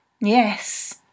Yes